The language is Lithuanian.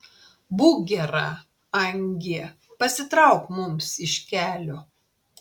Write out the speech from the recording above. būk gera angie pasitrauk mums iš kelio